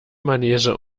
manege